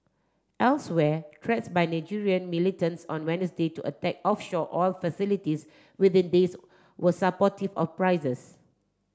elsewhere threats by Nigerian militants on Wednesday to attack offshore oil facilities within days were supportive of prices